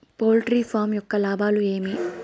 poultry farm యొక్క లాభాలు ఏమి